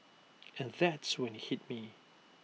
and that's when IT hit me